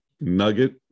nugget